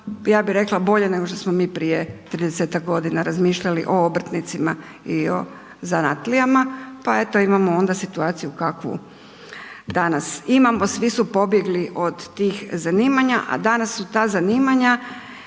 ja bih rekla bolje nego što smo mi prije tridesetak godina razmišljali o obrtnicima i o zanatlijama, pa eto imamo onda situaciju kakvu danas imamo. Svi su pobjegli od tih zanimanja, a danas su ta zanimanja